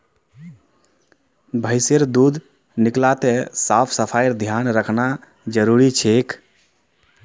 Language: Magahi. भैंसेर दूध निकलाते साफ सफाईर ध्यान रखना जरूरी छिके